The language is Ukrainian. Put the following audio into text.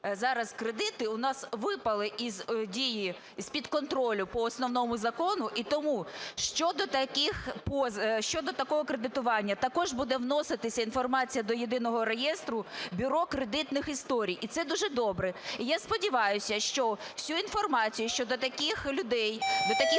зараз кредити у нас випали із дії, із-під контролю по основному закону. І тому щодо такого кредитування також буде вноситися інформація до єдиного реєстру Бюро кредитних історій, і це дуже добре. І я сподіваюся, що всю інформацію щодо таких людей, до таких